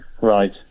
right